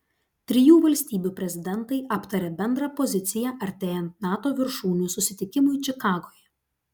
trijų valstybių prezidentai aptarė bendrą poziciją artėjant nato viršūnių susitikimui čikagoje